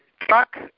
truck